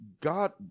God